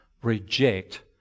Reject